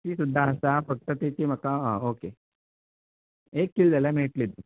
ती सुद्दां आसा फक्त ताची म्हाका हां ओके एक किल जाल्यार मेळटली